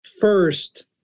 First